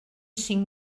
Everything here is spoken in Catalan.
cinc